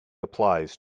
applies